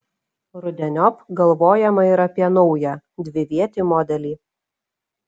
rudeniop galvojama ir apie naują dvivietį modelį